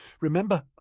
Remember